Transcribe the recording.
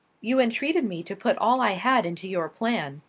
you entreated me to put all i had into your plan,